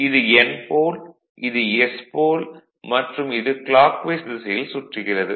இது N போல் இது S போல் மற்றும் இது கிளாக்வைஸ் திசையில் சுற்றுகிறது